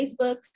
Facebook